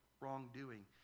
wrongdoing